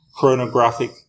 chronographic